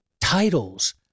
titles